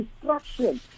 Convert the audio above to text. destruction